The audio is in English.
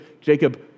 Jacob